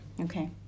okay